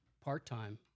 part-time